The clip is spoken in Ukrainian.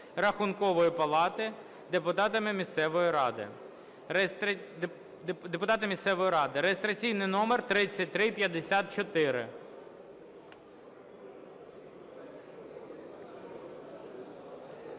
Рахункової палати, депутата місцевої ради (реєстраційний номер 3354).